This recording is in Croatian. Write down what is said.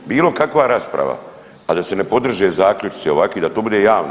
Bilo kakva rasprava, a da se ne podrže zaključci ovakvi, da to bude javno.